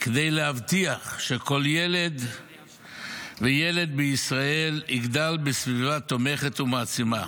כדי להבטיח שכל ילד וילד בישראל יגדל בסביבה תומכת ומעצימה?